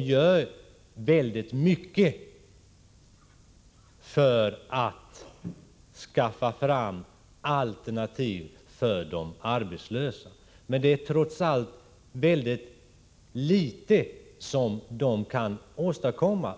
gör väldigt mycket för att skaffa fram alternativ för de arbetslösa. Men det är trots allt litet som de av förklarliga skäl kan åstadkomma.